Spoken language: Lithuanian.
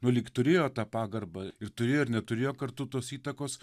nu lyg turėjo tą pagarbą ir turėjo ir neturėjo kartu tos įtakos